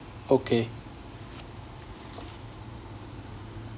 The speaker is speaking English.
okay